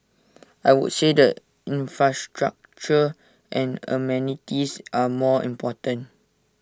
I would say the infrastructure and amenities are more important